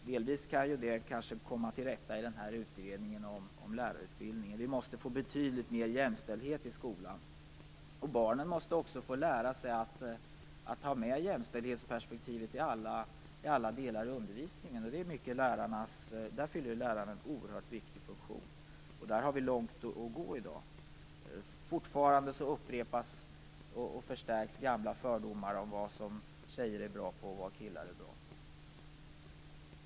Delvis kan man ju kanske komma till rätta med den i utredningen om lärarutbildningen. Vi måste få betydligt mer jämställdhet i skolan. Barnen måste också få lära sig att ta med jämställdhetsperspektivet i alla delar av undervisningen. Där fyller lärarna en oerhört viktig funktion. Här har vi en lång väg att gå i dag. Fortfarande upprepas och förstärks gamla fördomar om vad tjejer respektive killar är bra på.